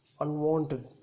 Unwanted